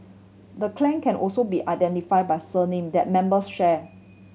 the clan can also be identify by surname that members share